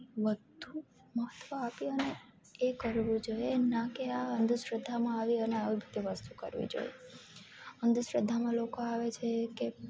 વધુ મહત્વ આપી અને એ કરવું જોઈએ ના કે આ અંધશ્રદ્ધામાં આવી અને આવી બધી વસ્તુ કરવી જોઈ અંધશ્રદ્ધામાં લોકો આવે છે કે